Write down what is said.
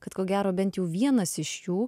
kad ko gero bent jau vienas iš jų